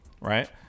right